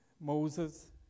Moses